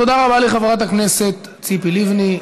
תודה רבה לחברת הכנסת ציפי לבני.